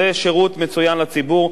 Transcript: זה שירות מצוין לציבור,